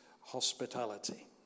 hospitality